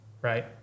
right